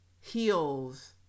heals